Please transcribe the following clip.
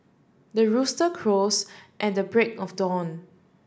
the rooster crows at the break of dawn